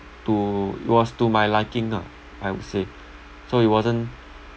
to it was to my liking ah I would say so it wasn't